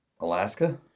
Alaska